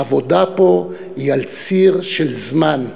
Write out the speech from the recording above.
העבודה פה היא על ציר של זמן.